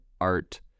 art